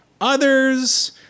Others